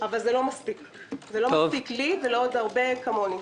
אבל זה לא מספיק לי ולעוד רבים כמוני.